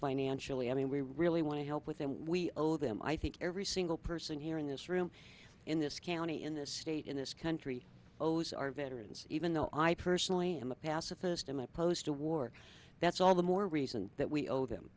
financially i mean we really want to help with and we owe them i think every single person here in this room in this county in this state in this country owes our veterans even though i personally am a pacifist i'm opposed to war that's all the more reason that we owe them